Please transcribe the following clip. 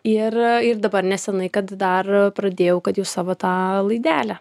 ir ir dabar nesenai kad dar pradėjau kad jau savo tą laidelę